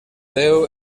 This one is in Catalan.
déu